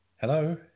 Hello